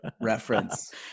reference